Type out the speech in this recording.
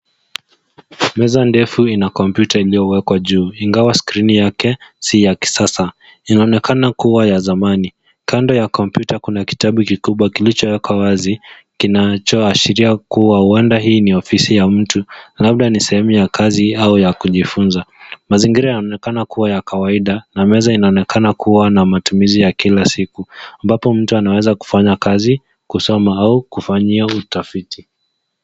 Meza ndefu ina kompyuta iliyowekwa juu ingawa skrini yake si ya kisasa. Inaonekana kuwa ya zamani. Kando ya kompyuta kuna kitabu kikubwa kilichowekwa wazi, kinachoashiria kuwa wanda hii ni ofisi ya mtu labda ni sehemu ya kazi au ya kujifunza. Mazingira yanaonekana kuwa ya kawaida na meza inaonekana kuwa na matumizi ya kila siku ambapo mtu anaweza kufanya kazi, kusoma au kufanyia utafiti.